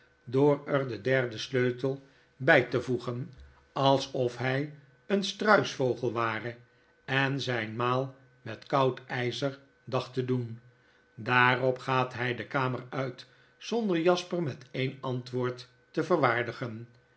door er den derden sleutel by te voegen alsof hjj een struisvogel ware en zijn maal met koud tjzer dacht te doen daarop gaat htj de kamer uit zonder jasper met een antwoord te verwaardigen